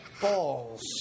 balls